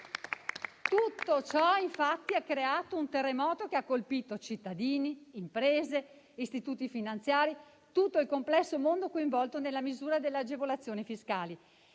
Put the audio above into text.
Tutto ciò, infatti, ha creato un terremoto, che ha colpito cittadini, imprese, istituti finanziari e tutto il complesso mondo coinvolto nella misura delle agevolazioni fiscali.